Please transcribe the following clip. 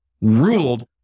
ruled